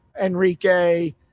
Enrique